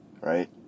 Right